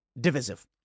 divisive